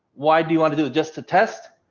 why do you want to do just to test?